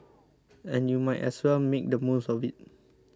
and you might as well make the most of it